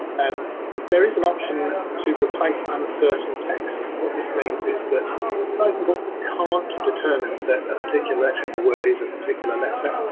and there is an option to replace uncertain text what this means is that if but openbook can't determine that a particular letter in the word is a particular letter,